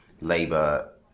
Labour